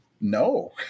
No